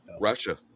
Russia